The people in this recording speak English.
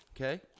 okay